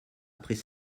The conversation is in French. après